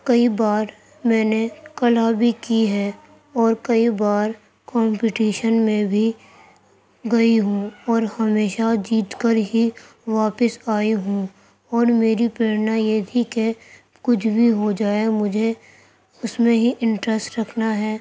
کئی بار میں نے کلا بھی کی ہے اور کئی بار کمپٹیشن میں بھی گئی ہوں اور ہمیشہ جیت کر ہی واپس آئی ہوں اور میری پریرنا یہ تھی کہ کچھ بھی ہو جائے مجھے اس میں ہی انٹریسٹ رکھنا ہے